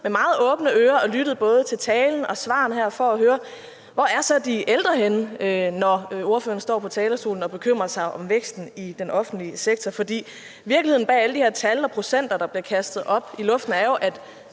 med meget åbne ører og lyttet både til talen og svarene her for at høre om, hvor så de ældre er henne, når ordføreren står på talerstolen og bekymrer sig om væksten i den offentlige sektor. For virkeligheden bag alle de her tal og procenter, der bliver kastet op i luften, er jo, at